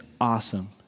awesome